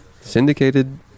syndicated